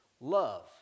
love